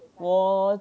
我